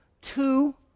Two